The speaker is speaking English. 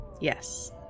Yes